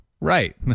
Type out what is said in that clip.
Right